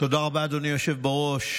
תודה רבה, אדוני היושב בראש.